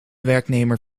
werknemer